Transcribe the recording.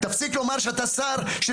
אתה שר החקלאות,